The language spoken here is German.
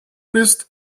bist